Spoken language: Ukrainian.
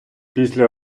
після